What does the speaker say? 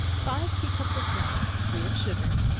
five tea-cups of flour, three of sugar,